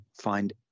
find